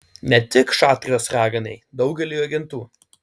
ne tik šatrijos raganai daugeliui agentų